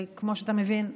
וכמו שאתה מבין,